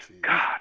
God